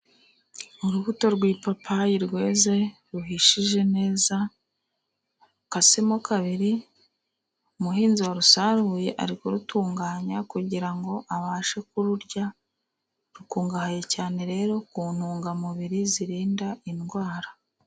Urubuto rw'ipapayi rweze ruhishije neza, rukasemo kabiri. Umuhinzi warusaruye ari kurutunganya kugira ngo abashe kururya. Rukungahaye cyane rero ku ntungamubiri zirinda indwara.